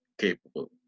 capable